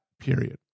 period